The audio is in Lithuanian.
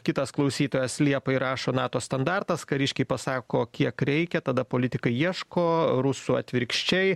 kitas klausytojas liepai rašo nato standartas kariškiai pasako kiek reikia tada politikai ieško rusų atvirkščiai